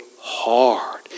hard